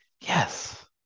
yes